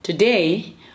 Today